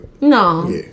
No